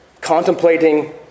contemplating